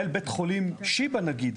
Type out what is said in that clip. מנהל בית חולים שיבא למשל,